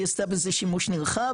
היא עשתה בזה שימוש נרחב,